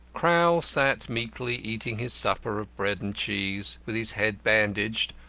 crowl sat meekly eating his supper of bread and cheese, with his head bandaged,